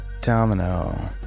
Domino